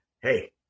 hey